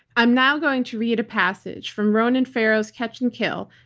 i'm now going to read a passage from ronan farrow's catch and kill,